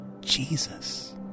Jesus